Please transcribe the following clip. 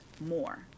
more